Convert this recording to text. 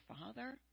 father